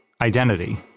Identity